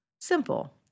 Simple